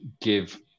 give